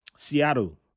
Seattle